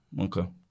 Okay